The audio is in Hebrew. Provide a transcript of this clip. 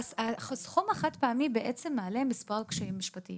הסכום החד-פעמי מעלה מספר קשיים משפטיים